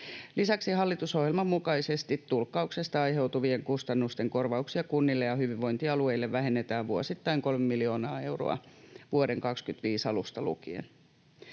Lisäksi hallitusohjelman mukaisesti tulkkauksesta aiheutuvien kustannusten kor-vauksia kunnille ja hyvinvointialueille vähennetään vuosittain 3 miljoonaa euroa vuoden 25 alusta lukien.